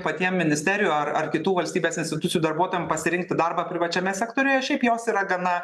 patiem ministerijų ar ar kitų valstybės institucijų darbuotojam pasirinkti darbą privačiame sektoriuje šiaip jos yra gana